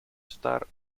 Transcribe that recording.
star